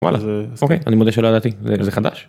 וואלה אני מודה שלא ידעתי זה חדש.